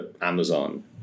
Amazon